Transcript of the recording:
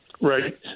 Right